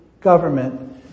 government